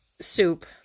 soup